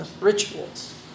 rituals